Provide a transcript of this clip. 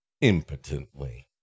impotently